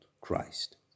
Christ